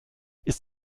ist